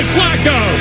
Flacco